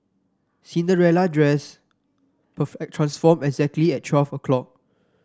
Cinderella dress transformed exactly at twelve o'clock